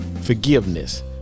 Forgiveness